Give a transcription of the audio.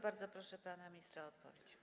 Bardzo proszę pana ministra o odpowiedź.